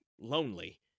lonely